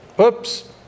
Oops